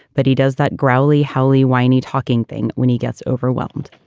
but he does that growly, howling, whiny talking thing when he gets overwhelmed.